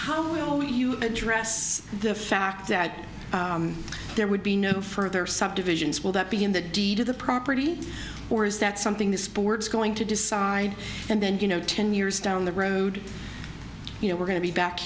how will you address the fact that there would be no further subdivisions will that be in the deed of the property or is that something the sport is going to decide and then you know ten years down the road you know we're going to be back